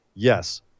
Yes